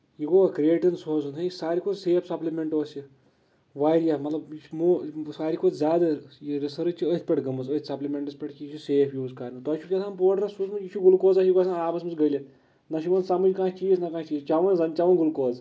یہِ گوٚوا کرٛیٚٹِن سوزُن ساروی کھۄتہٕ سیف سِپلِمینٛٹ اوس یہِ واریاہ ساروی مطلب یہِ چھُ مو ساروٕی کھۄتہٕ زیادٕ یہِ رِسٔرٕچ چھِ أتھۍ پٮ۪ٹھ گٔمٕژ أتھۍ سَپلِمینٛٹس پٮ۪ٹھ کہِ یہِ چھُ سیف یوٗز کَرُن تۄہہ چھِو کیا تام پوٚڑرا سوٗزمٕژ یہِ چھُ گلکوزہ ہیٚو باسان آبَس منٛز گٔلِتھ نہ چھُ یِوان سَمجھ کانٛہہ چیٖز نہ کانٛہہ چیٖز چیٚوان زَن چیٛوان گلکوز